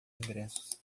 ingressos